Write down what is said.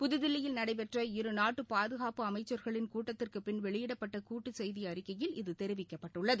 புதுதில்லியில் நடைபெற்ற இரு நாட்டு பாதுகாப்பு அமைச்சர்களின் கூட்டத்திற்குப் பின் வெளியிடப்பட்ட கூட்டு செய்தி அறிக்கையில் இது தெரிவிக்கப்பட்டுள்ளது